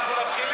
אנחנו מתחילים.